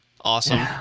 Awesome